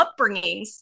upbringings